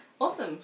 Awesome